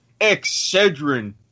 Excedrin